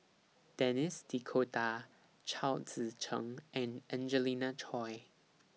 Denis D'Cotta Chao Tzee Cheng and Angelina Choy